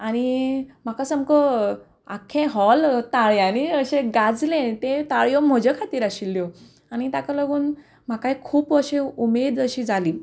म्हाका सामको आख्खे हॉल ताळयांनी अशें गाजले ते ताळयो म्हज्या खातीर आशिल्ल्यो आनी ताका लागून म्हाका खूब अश्यो उमेद अशी जाली